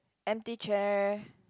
empty chair